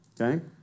Okay